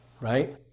right